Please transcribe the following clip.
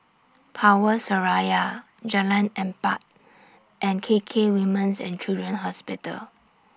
Power Seraya Jalan Empat and KK Women's and Children's Hospital